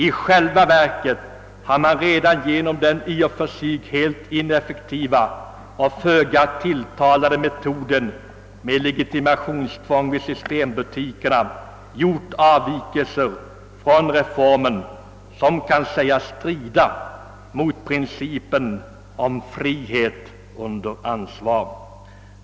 I själva verket har man redan genom den i och för sig helt ineffektiva och föga tilltalande metoden med legitimationstvång vid inköp i systembutikerna gjort avvikelser från reformen som kan sägas strida mot principen om »frihet under ansvar».